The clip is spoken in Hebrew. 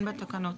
כן בתקנות.